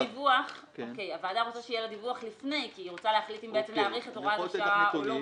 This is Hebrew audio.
דיווח לפני כי היא רוצה להחליט אם להאריך את הוראת השעה או לא,